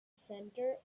centre